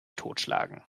totschlagen